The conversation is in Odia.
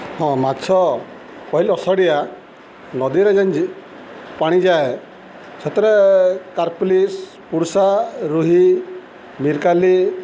ହଁ ମାଛ ପହିଲି ଅଷଡ଼ିଆ ନଦୀରେ ଯେନ୍ ପାଣି ଯାଏ ସେଥିରେ କାର୍ପଲିସ୍ ପୁର୍ଷା ରୁହି ମିର୍କାଲି